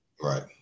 Right